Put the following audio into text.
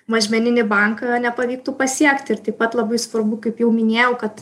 mažmeninį banką nepavyktų pasiekti ir taip pat labai svarbu kaip jau minėjau kad